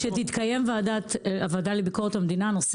כשתתקיים הוועדה לביקורת המדינה הנושא